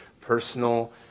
personal